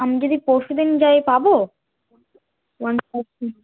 আমি যদি পরশুদিন যাই পাবো ওয়ান প্লাস